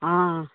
आं